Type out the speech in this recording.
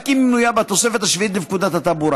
רק אם היא מנויה בתוספת השביעית לפקודת התעבורה.